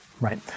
right